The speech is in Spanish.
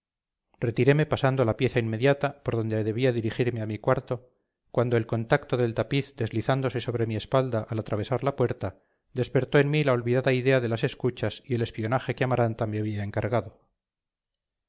retireme pasando a la pieza inmediata por donde debía dirigirme a mi cuarto cuando el contacto del tapiz deslizándose sobre mi espalda al atravesar la puerta despertó en mí la olvidada idea de las escuchas y el espionaje que amaranta me había encargado